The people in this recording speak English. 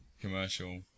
Commercial